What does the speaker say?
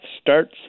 starts